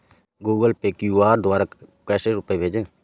Google Pay QR द्वारा कैसे रूपए भेजें?